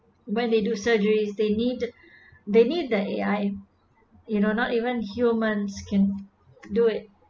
when they do surgeries they need they need they I you know not even humans can do it